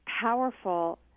powerful